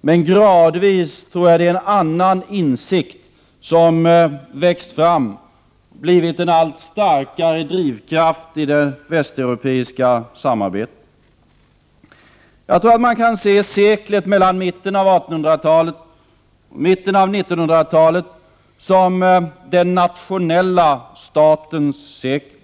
men gradvis tror jag att det är en annan insikt som har växt fram och blivit en allt starkare drivkraft i det västeuropeiska samarbetet. Jag tror att man kan se seklet mellan mitten av 1800-talet och mitten av 1900-talet som den nationella statens sekel.